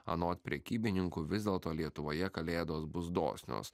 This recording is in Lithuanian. anot prekybininkų vis dėlto lietuvoje kalėdos bus dosnios